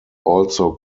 also